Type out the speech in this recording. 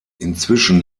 inzwischen